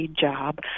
job